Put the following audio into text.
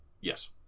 Yes